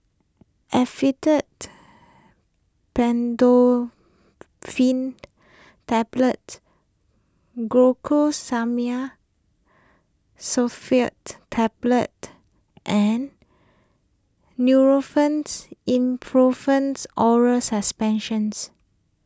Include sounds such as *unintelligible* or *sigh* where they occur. *unintelligible* Tablets Glucosamine Sulfate Tablet and Nurofens Ibuprofens Oral Suspensions